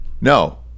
No